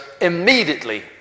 immediately